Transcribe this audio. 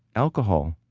alcohol.